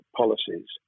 policies